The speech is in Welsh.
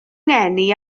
ngeni